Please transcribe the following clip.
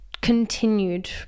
continued